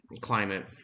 climate